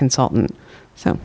consultant so